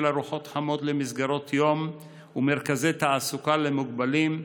ארוחות חמות למסגרות יום ומרכזי תעסוקה למוגבלים,